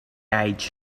age